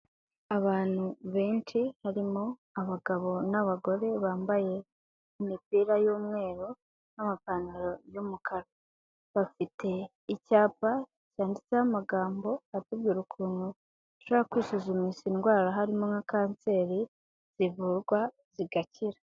Abantu benshi harimo abagabo n'abagore bambaye imipira y'umweru n'amapantaro y'umukara, bafite icyapa cyanditseho amagambo atubwira ukuntu ushobora kwisuzumisha ndwara harimo nka kanseri zivurwa zigakira.